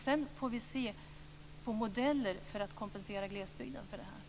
Sedan får vi se på modeller för att kompensera glesbygden för det här.